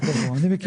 אני מכיר